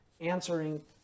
answering